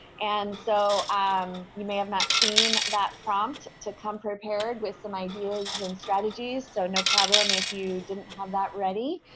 and so um you may have not seen that prompt to come prepared with some ideas and strategies. so no problem if you didn't have that ready.